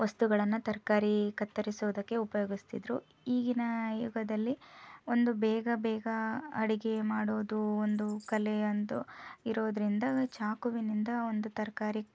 ವಸ್ತುಗಳನ್ನು ತರಕಾರಿ ಕತ್ತರಿಸೋದಕ್ಕೆ ಉಪಯೋಗಿಸ್ತಿದ್ದರು ಈಗಿನ ಯುಗದಲ್ಲಿ ಒಂದು ಬೇಗ ಬೇಗ ಅಡುಗೆ ಮಾಡುವುದು ಒಂದು ಕಲೆ ಎಂದು ಇರೋದ್ರಿಂದ ಚಾಕುವಿನಿಂದ ಒಂದು ತರಕಾರಿ